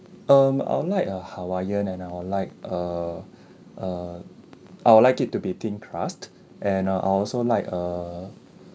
um I would like a hawaiian and I would like a a I would like it to be thin crust and uh I also like a